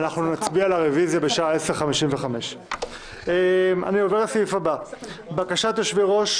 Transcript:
נצביע על הרביזיה בשעה 10:55. הצעת חוק הארכת